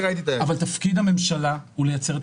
אבל תפקיד הממשלה הוא לייצר את